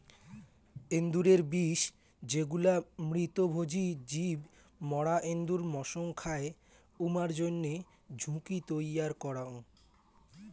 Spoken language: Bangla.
এন্দুরের বিষ যেগুলা মৃতভোজী জীব মরা এন্দুর মসং খায়, উমার জইন্যে ঝুঁকি তৈয়ার করাং